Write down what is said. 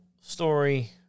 story